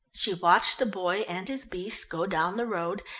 she watched the boy and his beast go down the road,